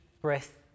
breath